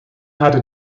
hatte